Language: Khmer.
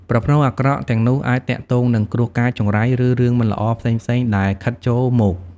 ប្រផ្នូលអាក្រក់ទាំងនោះអាចទាក់ទងនឹងគ្រោះកាច ចង្រៃ ឬរឿងមិនល្អផ្សេងៗដែលខិតចូលមក។